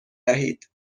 دهید